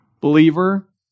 believer